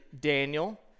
Daniel